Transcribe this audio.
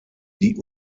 die